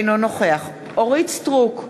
אינו נוכח אורית סטרוק,